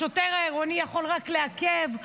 השוטר העירוני יכול רק לעכב,